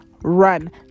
run